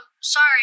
sorry